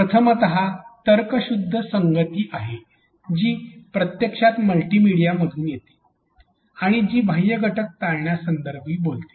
प्रथमत तर्कशुद्ध संगती आहे जी प्रत्यक्षात मल्टीमिडिया मधून येते आणि जी बाह्य घटक टाळण्यासंबंधी बोलते